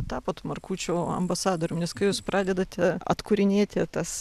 tapot markučių ambasadorium nes kai jūs pradedate atkūrinėti tas